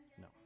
No